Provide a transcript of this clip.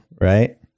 right